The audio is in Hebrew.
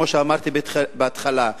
כמו שאמרתי בהתחלה,